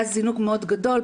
היה זינוק מאוד גדול,